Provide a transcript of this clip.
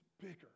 bigger